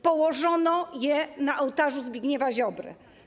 Położono je na ołtarzu Zbigniewa Ziobry.